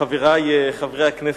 חברי חברי הכנסת,